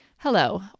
Hello